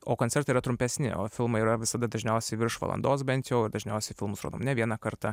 o koncertai yra trumpesni o filmai yra visada dažniausiai virš valandos bent jau dažniausiai filmus rodom ne vieną kartą